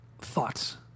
thoughts